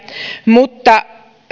mutta